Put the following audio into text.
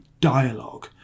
dialogue